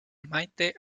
maite